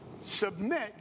submit